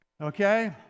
okay